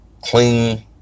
clean